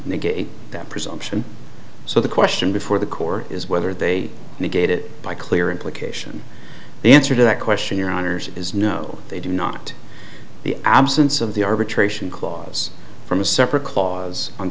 negate that presumption so the question before the court is whether they negate it by clear implication the answer to that question your honour's is no they do not the absence of the arbitration clause from a separate clause on